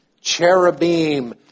cherubim